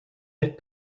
pit